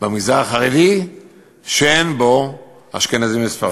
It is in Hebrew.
במגזר החרדי שאין בו אשכנזים וספרדים.